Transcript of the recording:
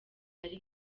ari